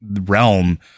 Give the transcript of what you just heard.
realm